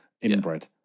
inbred